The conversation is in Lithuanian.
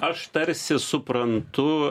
aš tarsi suprantu